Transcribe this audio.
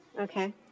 Okay